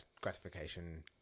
gratification